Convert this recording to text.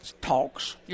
talks